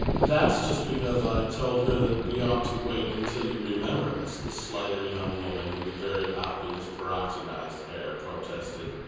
that's just because i told her that we ought to wait until you remembered us, the slighter young woman, with the very obvious peroxidised hair, protested.